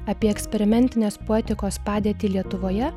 apie eksperimentinės poetikos padėtį lietuvoje